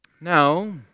Now